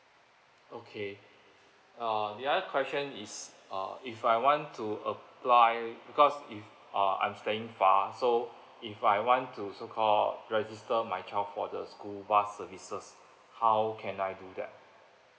okay uh the other question is uh if I want to apply because if uh I'm staying far so if I want to so call register my child for the school bus services how can I do that